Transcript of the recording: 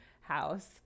house